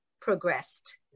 progressed